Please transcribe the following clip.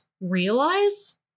realize